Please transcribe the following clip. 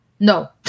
No